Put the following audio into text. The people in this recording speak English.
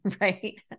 right